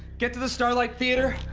get to the starlight theater,